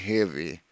Heavy